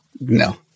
no